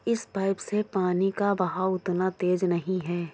इस पाइप से पानी का बहाव उतना तेज नही है